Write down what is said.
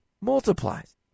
multiplies